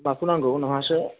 माखौ नांगौ नोंहासो